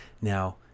Now